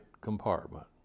compartment